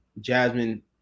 Jasmine